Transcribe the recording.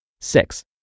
Six